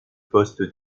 poste